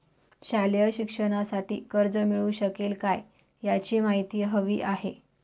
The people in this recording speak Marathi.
शालेय शिक्षणासाठी कर्ज मिळू शकेल काय? याची माहिती हवी आहे